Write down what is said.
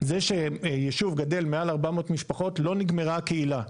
זה שישוב גדל מעל 400 משפחות לא נגמרה הקהילה.